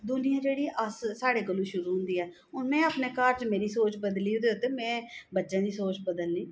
दूनियां जेह्ड़ी अस साढ़े कोला शुरू होंदी ऐ हून में अपने घर च मेरी सोच बदली होई ते में बच्चें दी सोच बदलनी